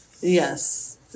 Yes